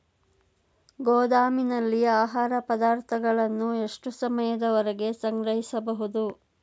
ಗೋದಾಮಿನಲ್ಲಿ ಆಹಾರ ಪದಾರ್ಥಗಳನ್ನು ಎಷ್ಟು ಸಮಯದವರೆಗೆ ಸಂಗ್ರಹಿಸಬಹುದು?